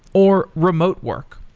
or remote work?